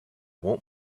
won’t